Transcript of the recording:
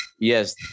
yes